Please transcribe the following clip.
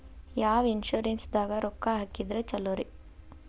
ಯಾವ ಇನ್ಶೂರೆನ್ಸ್ ದಾಗ ರೊಕ್ಕ ಹಾಕಿದ್ರ ಛಲೋರಿ?